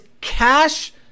cash